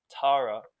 Tara